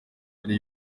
hari